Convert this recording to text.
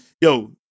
yo